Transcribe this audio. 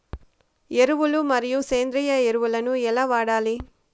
ఎరువులు మరియు సేంద్రియ ఎరువులని ఎలా వాడాలి?